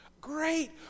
Great